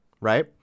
right